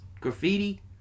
graffiti